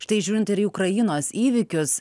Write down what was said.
štai žiūrint ir į ukrainos įvykius